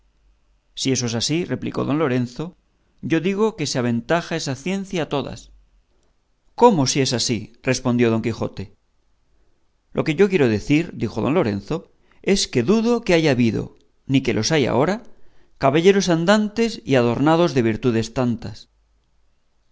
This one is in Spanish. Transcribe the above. si eso es así replicó don lorenzo yo digo que se aventaja esa ciencia a todas cómo si es así respondió don quijote lo que yo quiero decir dijo don lorenzo es que dudo que haya habido ni que los hay ahora caballeros andantes y adornados de virtudes tantas